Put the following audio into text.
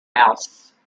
house